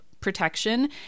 protection